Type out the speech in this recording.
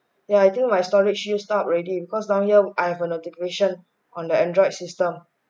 yeah actually my storage use stop already because down here I have a notification on the Android system